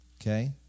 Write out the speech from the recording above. Okay